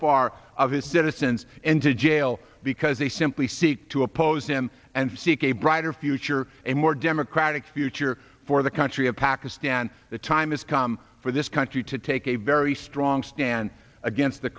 far of his innocence into jail because they simply seek to oppose him and seek a brighter future a more democratic future for the country of pakistan the time has come for this country to take a very strong stand against the